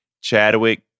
Chadwick